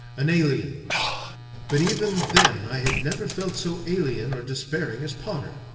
an alien but even then i had never felt so alien or despairing as potter.